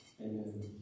Amen